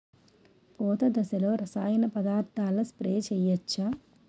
పూత దశలో రసాయన పదార్థాలు స్ప్రే చేయచ్చ?